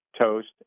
toast